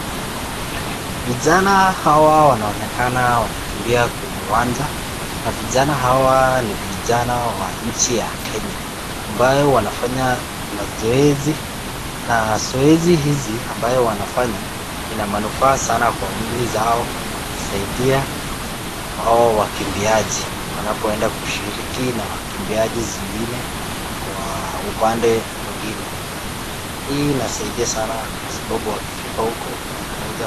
Vijana hawa wanaonekana wanakimbia kwenye uwanja, na vijana hawa ni vijana wa nchi ya Kenya, ambao wanafanya mazoezi na zoezi hizi ambayo wanafanya ina manufaa sana kwa mwili zao na inasaidia wao wakimbiaji wanapoenda kushiriki na wakimbiaji zingine kwa upande mwingine. Hii inasaidia sana kwa sababu wakifika huko wanaweza.